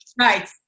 Right